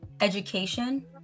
education